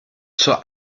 zur